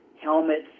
helmets